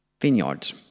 vineyards